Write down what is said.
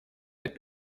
app